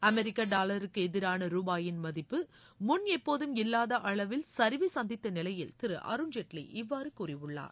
அமெிக்க டாலருக்கு எதிரான ரூபாயின் மதிப்பு முன் எப்போதும் இல்லாத அளவில் சிவை சந்தித்த நிலையில் திரு அருண்ஜேட்லி இவ்வாறு கூறியுள்ளார்